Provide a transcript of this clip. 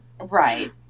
Right